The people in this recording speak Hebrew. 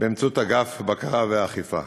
באמצעות אגף בקרה ואכיפה.